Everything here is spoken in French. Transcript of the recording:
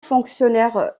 fonctionnaire